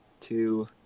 two